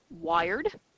wired